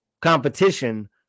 competition